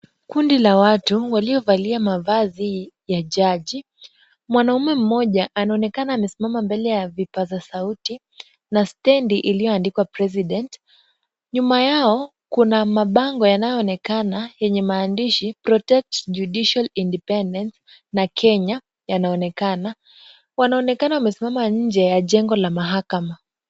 Kundi la watu waliovalia mavazi ya jaji, mwanaume mmoja anaonekana amesimama mbele ya vipaza sauti na stendi iliyoandikwa President . Nyuma yao kuna mabango yanayoonekana yenye maandishi Protect Judicial Independence na Kenya yanaonekana. Wanaonekana wamesimama nje ya jengo la mahakama.